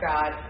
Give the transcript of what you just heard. God